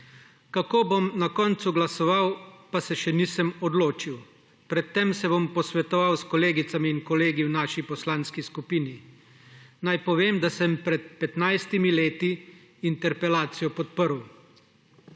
Kako bom na koncu glasoval, se še nisem odločil. Pred tem se bom posvetoval s kolegicami in kolegi v naši poslanski skupini. Naj povem, da sem pred 15 leti interpelacijo podprl.